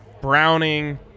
Browning